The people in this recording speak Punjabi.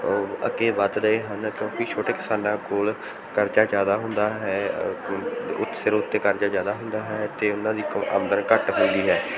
ਅੱਗੇ ਵੱਧ ਰਹੇ ਹਨ ਕਿਉਂਕਿ ਛੋਟੇ ਕਿਸਾਨਾਂ ਕੋਲ ਕਰਜ਼ਾ ਜ਼ਿਆਦਾ ਹੁੰਦਾ ਹੈ ਸਿਰ ਉੱਤੇ ਕਰਜ਼ਾ ਜ਼ਿਆਦਾ ਹੁੰਦਾ ਹੈ ਅਤੇ ਉਹਨਾਂ ਦੀ ਆਮਦਨ ਘੱਟ ਹੁੰਦੀ ਹੈ